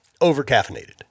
over-caffeinated